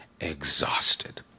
exhausted